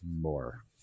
More